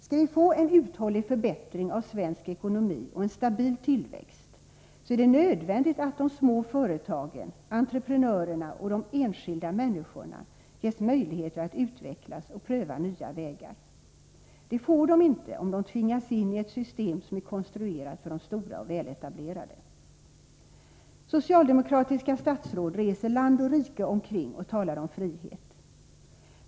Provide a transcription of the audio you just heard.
Skall vi få en bestående förbättring av svensk ekonomi och en stabil tillväxt, är det nödvändigt att de små företagen, entreprenörerna och de enskilda människorna ges möjligheter att utvecklas och pröva nya vägar. Det får de inte, om de tvingas in i ett system som är konstruerat för de stora och väletablerade. Socialdemokratiska statsråd reser land och rike omkring och talar om frihet.